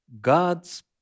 God's